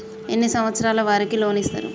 ఎన్ని సంవత్సరాల వారికి లోన్ ఇస్తరు?